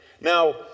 Now